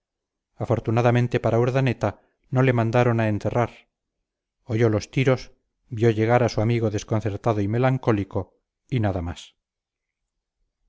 afortunadamente para urdaneta no le mandaron a enterrar oyó los tiros vio llegar a su amigo desconcertado y melancólico y nada más